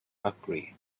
ugly